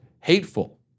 hateful